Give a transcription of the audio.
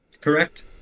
Correct